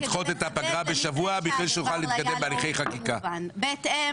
לדחות את הפגרה בשבוע כדי שנוכל להתקדם בהליכי חקיקה.